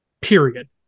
Period